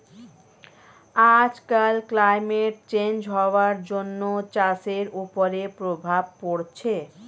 আজকাল climate change হওয়ার জন্য চাষের ওপরে প্রভাব পড়ছে